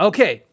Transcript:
Okay